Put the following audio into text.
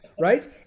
right